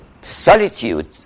solitude